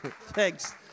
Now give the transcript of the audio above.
Thanks